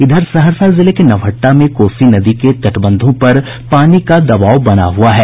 इधर सहरसा जिले के नवहट्टा में कोसी नदी के तटबंधों पर पानी का दबाव बना हुआ है